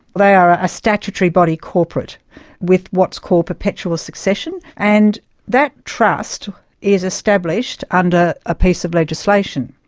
they are a a statutory body corporate with what's called perpetual succession, and that trust is established under a piece of legislation,